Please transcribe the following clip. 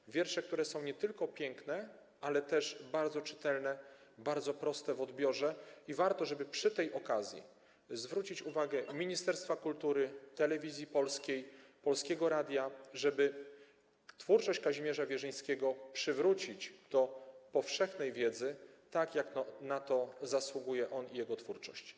Jego wiersze są nie tylko piękne, ale też bardzo czytelne, bardzo proste w odbiorze i warto przy tej okazji zwrócić uwagę ministerstwa kultury, Telewizji Polskiej, Polskiego Radia na to, żeby twórczość Kazimierza Wierzyńskiego przywrócić powszechnej wiedzy, tak jak na to zasługuje - on i jego twórczość.